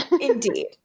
Indeed